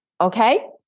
okay